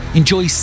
enjoy